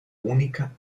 única